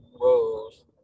Rose